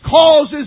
causes